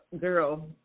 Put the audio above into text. girl